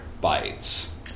bites